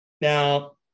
Now